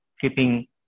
keeping